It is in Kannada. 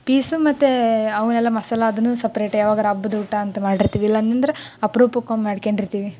ಪೀಸ್ ಮತ್ತು ಅವುನೆಲ್ಲ ಮಸಾಲ ಅದನ್ನು ಸಪ್ರೇಟ್ ಯಾವಾಗರ ಹಬ್ಬದೂಟ ಅಂತ ಮಾಡಿರ್ತೀವಿ ಇಲ್ಲ ಅಂದೆನಂದ್ರ ಅಪ್ರೂಪಕ್ಕೆ ಒಮ್ಮೆ ಮಾಡ್ಕೊಂಡಿರ್ತಿವಿ